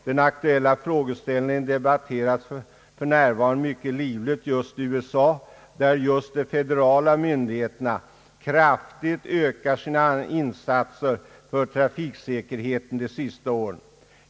Den aktuella frågeställningen debatteras för närvarande mycket livligt just i USA, där de federala myndigheterna kraftigt ökat sina insatser för trafiksäkerheten de senaste åren.